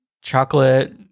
chocolate